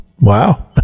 Wow